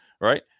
right